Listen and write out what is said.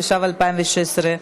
התשע"ו 2016,